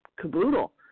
caboodle